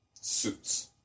suits